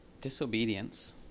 disobedience